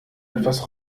etwas